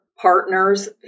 partners